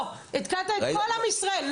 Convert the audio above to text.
לא, עדכנת את כל עם ישראל.